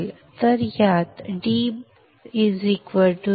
तर यात d ०